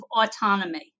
autonomy